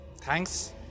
thanks